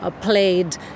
played